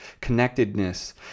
connectedness